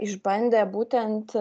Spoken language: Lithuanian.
išbandė būtent